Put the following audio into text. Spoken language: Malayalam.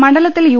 മണ്ഡലത്തിൽ യു